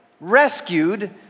rescued